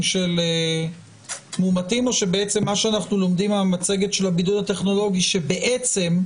של מאומתים או שמה שאנחנו למדים מהמצגת של הבידוד הטכנולוגי הוא שגמרנו